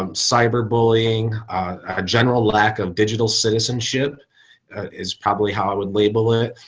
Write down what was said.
um cyber bullying, a general lack of digital citizenship is probably how i would label it.